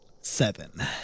Seven